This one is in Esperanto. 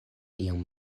iom